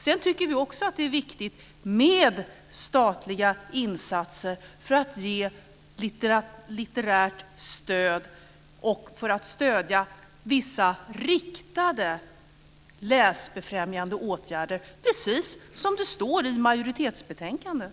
Sedan tycker vi också att det är viktigt med statliga insatser för att ge litterärt stöd och för att stödja vissa riktade läsbefrämjande åtgärder, precis som framgår av utskottsmajoritetens skrivning i betänkandet.